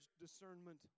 discernment